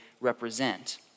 represent